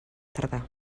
tardar